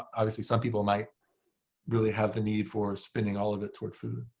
obviously some people might really have the need for spending all of it toward food.